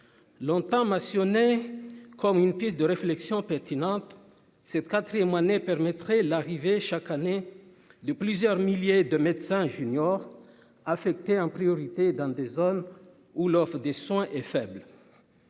longtemps mentionné comme une piste de réflexion pertinente cette 4ème année permettrait l'arrivée chaque année de plusieurs milliers de médecins junior. En priorité, dans des zones où l'offre des soins est faible.